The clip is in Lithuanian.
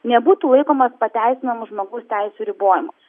nebūtų laikomas pateisinamu žmogaus teisių ribojimu